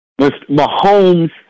Mahomes